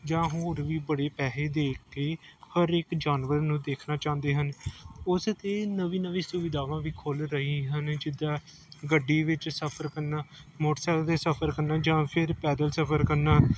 ਜਾਂ ਹੋਰ ਵੀ ਬੜੇ ਪੈਸੇ ਦੇ ਕੇ ਹਰ ਇੱਕ ਜਾਨਵਰ ਨੂੰ ਦੇਖਣਾ ਚਾਹੁੰਦੇ ਹਨ ਉਸੇ 'ਤੇ ਨਵੀਂ ਨਵੀਂ ਸੁਵਿਧਾਵਾਂ ਵੀ ਖੁੱਲ੍ਹ ਰਹੀ ਹਨ ਜਿੱਦਾਂ ਗੱਡੀ ਵਿੱਚ ਸਫ਼ਰ ਕਰਨਾ ਮੋਟਰਸਾਈਕਲ 'ਤੇ ਸਫ਼ਰ ਕਰਨਾ ਜਾਂ ਫਿਰ ਪੈਦਲ ਸਫ਼ਰ ਕਰਨਾ